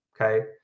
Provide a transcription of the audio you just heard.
okay